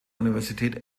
universität